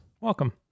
Welcome